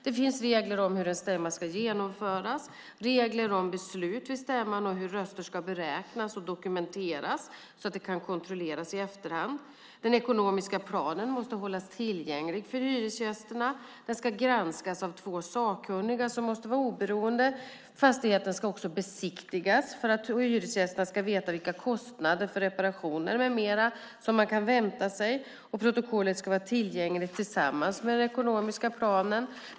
Det finns regler om hur en stämma ska genomföras och regler om beslut vid stämman och hur röster ska beräknas och dokumenteras, så att det kan kontrolleras i efterhand. Den ekonomiska planen måste hållas tillgänglig för hyresgästerna. Den ska granskas av två sakkunniga som måste vara oberoende. Fastigheten ska också besiktigas, för att hyresgästerna ska veta vilka kostnader för reparationer med mera som man kan vänta sig. Protokollet ska vara tillgängligt tillsammans med den ekonomiska planen.